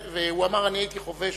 הוא אמר: אני הייתי חובש